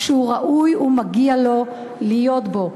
הוא ראוי לו ומגיע לו להיות בו.